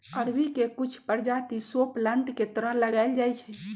अरबी के कुछ परजाति शो प्लांट के तरह लगाएल जाई छई